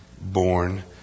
born